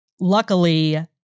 luckily